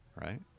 Right